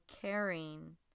caring